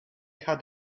had